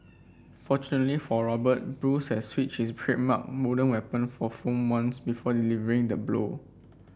fortunately for Robert Bruce had switched his trademark weapon for foam ones before delivering the blow